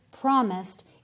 promised